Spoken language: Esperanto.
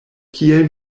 kiel